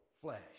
flesh